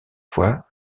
fois